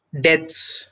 deaths